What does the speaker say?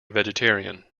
vegetarian